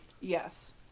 Yes